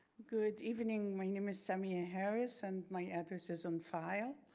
good evening, my name is samia harris and my address is on file.